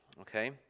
okay